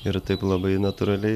ir taip labai natūraliai